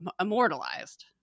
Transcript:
immortalized